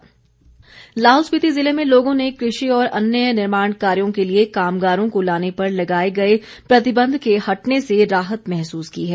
DC Lahaul Lahaul Spiti जिले में लोगों ने कृषि और अन्य निर्माण कार्यों के लिए कामगारों को लाने पर लगाए गए प्रतिबंध के हटने से राहत महसूस की है